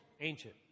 ancient